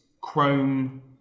Chrome